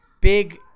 big